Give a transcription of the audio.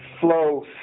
flow